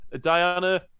Diana